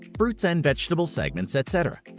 fruits and vegetable segments etc.